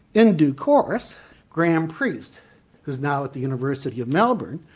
in due course graham priest who's now at the university of melbourne,